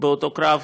באותו קרב.